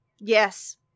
yes